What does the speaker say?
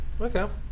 okay